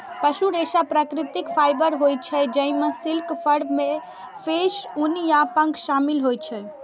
पशु रेशा प्राकृतिक फाइबर होइ छै, जइमे सिल्क, फर, केश, ऊन आ पंख शामिल होइ छै